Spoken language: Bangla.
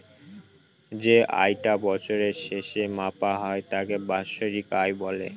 যে আয় টা বছরের শেষে মাপা হয় তাকে বাৎসরিক আয় বলে